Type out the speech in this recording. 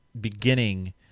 beginning